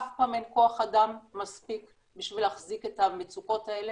אף פעם אין כח אדם מספיק כדי להחזיק את המצוקות האלה,